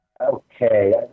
Okay